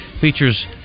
features